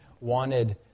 wanted